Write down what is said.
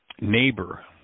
neighbor